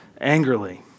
angrily